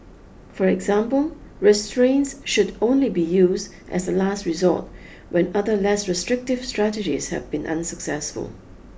for example restraints should only be used as a last resort when other less restrictive strategies have been unsuccessful